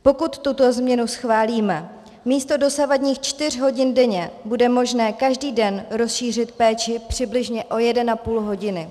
Pokud tuto změnu schválíme, místo dosavadních čtyř hodin denně bude možné každý den rozšířit péči přibližně o 1,5 hodiny.